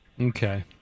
Okay